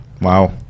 Wow